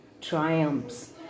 triumphs